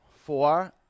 Four